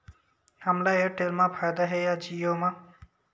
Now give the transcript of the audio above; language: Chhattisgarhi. हमला एयरटेल मा फ़ायदा हे या जिओ मा?